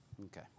Okay